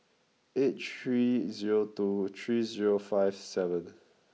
eight three zero two three zero five seven